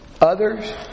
others